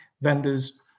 vendors